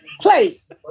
Place